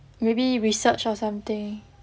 maybe research or something